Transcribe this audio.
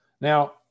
Now